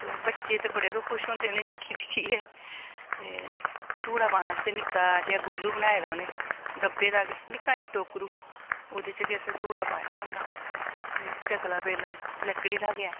ते बच्चे ते बड़े गै खुश होंदे उ'नेंगी दिक्खी दिक्खियै ते धूड़ा पाने आस्तै निक्का जेहा गोलू बनाए दा उ'नें गब्बे दा गै निक्का जेहा टोकरू ओह्दे च गै असें धूड़ा पाए दा होंदा ते चकला बेलन लकड़ी दा गै ऐ